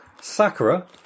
Sakura